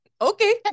okay